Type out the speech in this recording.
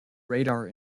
radar